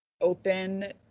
open